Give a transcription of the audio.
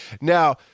Now